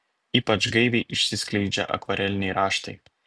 ypač gaiviai išsiskleidžia akvareliniai raštai